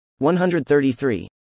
133